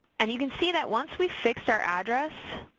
and you can see that once we fixed our address,